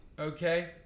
okay